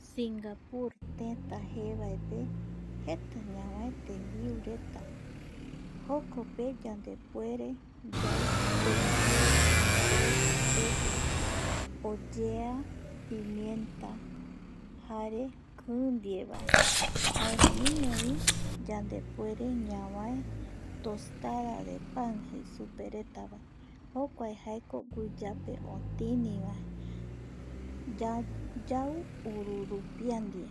Singapur teta jevaepe jeta jokope yandepuere yau tembiu cangrejo pegua oyea pimienta jare kï ndieva jaeramiñovi yandepuere ñavae tostada de pan jaei supe reta vae jokuae jaeko guiyape otinivae yau ururupia ndie